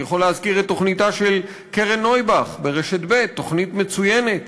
אני יכול להזכיר את תוכניתה של קרן נויבך ברשת ב'; תוכנית מצוינת